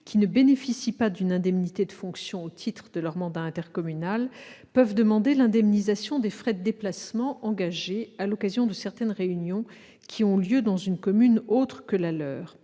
qui ne bénéficient pas d'une indemnité de fonction au titre de leur mandat intercommunal peuvent demander l'indemnisation des frais de déplacement engagés à l'occasion de certaines réunions qui ont lieu dans une commune autre que la leur.